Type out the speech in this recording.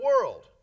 world